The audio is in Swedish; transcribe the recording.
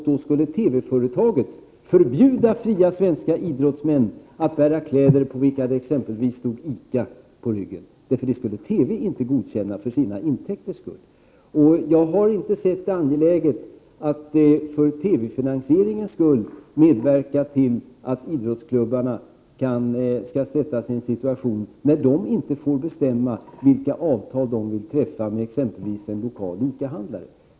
Då skulle TV-företaget förbjuda fria svenska idrottsmän att bära kläder på vilka det exempelvis stod ICA på ryggen. Det skulle TV inte godkänna med hänsyn till sina intäkter. Jag har inte med tanke på TV-finansieringen ansett 113 Prot. 1988/89:114 detvara angeläget att medverka till att idrottsklubbarna försätts i en situation som innebär att de inte får bestämma vilka avtal de vill träffa med exempelvis en lokal ICA-handlare.